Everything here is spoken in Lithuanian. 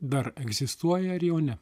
dar egzistuoja ar jau ne